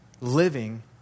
living